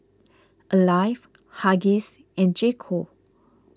Alive Huggies and J Co